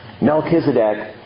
Melchizedek